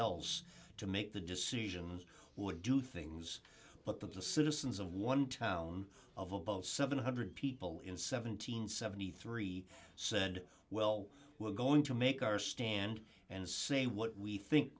else to make the decisions would do things but that the citizens of one town of about seven hundred people in seven hundred and seventy three said well we're going to make our stand and say what we think